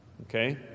okay